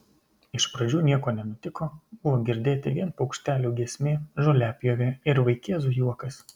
iš pradžių nieko nenutiko buvo girdėti vien paukštelių giesmė žoliapjovė ir vaikėzų juokas